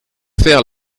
faire